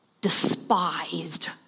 despised